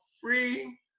free